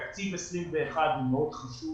תקציב 2021 הוא מאוד חשוב